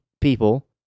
people